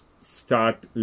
start